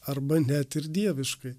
arba net ir dieviškai